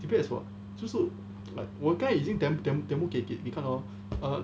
debate is what 就是 like 我刚才已经 dem~ dem~ demo 给给你看 hor err